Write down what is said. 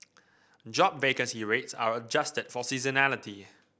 job vacancy rates are adjusted for seasonality